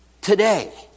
today